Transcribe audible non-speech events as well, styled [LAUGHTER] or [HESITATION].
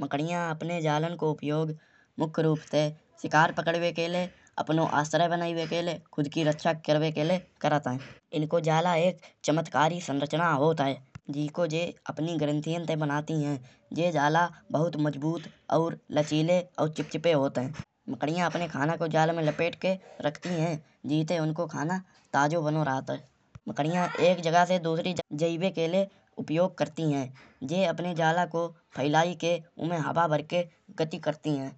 मकड़ियाँ अपने जालान को उपयोग मुख्यरूप से शिकार पकड़बे के लिये अपनौ आश्रय बनैबे के लिये खुद की रक्षा करिबे के लिये करत है। इनको जाला एक चमत्कारी संरचना होत है। जीको जें अपनी ग्रंथियो ते बनाति है। जे जाला बहुत मजबूत और लचीले और चिपचिपे होत है। मकड़िया अपने खाना को जाल में लपेट के रखति है। जीते उनको खना ताजो बनो रहत है। मकड़ियाँ [NOISE] एक जगह से दुसरे जगह [HESITATION] जाइबे के लिए उपयोग करत है। जे जाला को फैलाये के ऊम हवा भरे गति करत है।